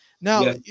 Now